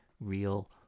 real